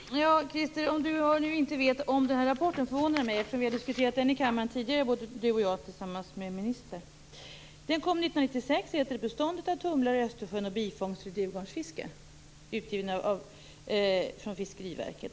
Herr talman! Att Christer Skoog inte känner till rapporten förvånar mig eftersom vi har diskuterat den i kammaren tidigare Christer Skoog och jag tillsammans med ministern. Den kom 1996 och heter Beståndet av tumlare i Östersjön och bifångst vid drivgarnsfiske. Den är utgiven av Fiskeriverket.